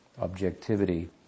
objectivity